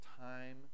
time